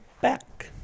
back